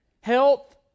health